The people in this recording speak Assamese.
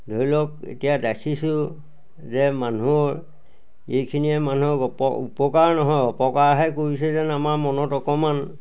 ধৰি লওক এতিয়া দেখিছোঁ যে মানুহৰ এইখিনিয়ে মানুহক অপ উপকাৰ নহয় অপকাৰহে কৰিছে যেন আমাৰ মনত অকণমান